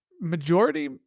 majority